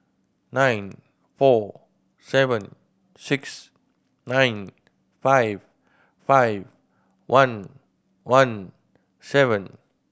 nine four seven six nine five five one one seven